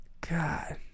god